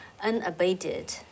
unabated